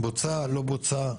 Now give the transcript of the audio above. בוצע או לא בוצע,